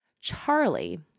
Charlie